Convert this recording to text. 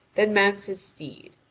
then mounts his steed.